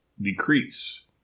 decrease